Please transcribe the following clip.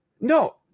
No